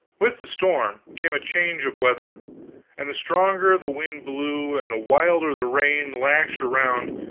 with the storm came a change of weather and the stronger the wind blew, and the wilder the rain lashed around,